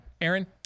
Aaron